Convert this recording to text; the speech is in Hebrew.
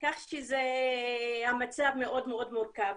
כך שהמצב מאוד מאוד מורכב.